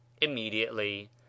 Immediately